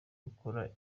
ukora